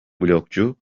blogcu